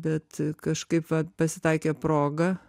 bet kažkaip pasitaikė proga